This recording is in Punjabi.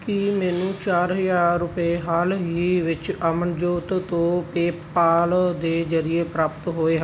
ਕੀ ਮੈਨੂੰ ਚਾਰ ਹਜ਼ਾਰ ਰੁਪਏ ਹਾਲ ਹੀ ਵਿੱਚ ਅਮਨਜੋਤ ਤੋਂ ਪੇਅਪਾਲ ਦੇ ਜ਼ਰੀਏ ਪ੍ਰਾਪਤ ਹੋਏ ਹਨ